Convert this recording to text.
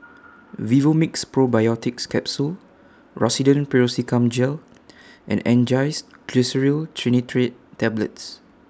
Vivomixx Probiotics Capsule Rosiden Piroxicam Gel and Angised Glyceryl Trinitrate Tablets